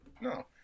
no